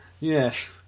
Yes